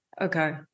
Okay